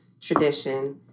tradition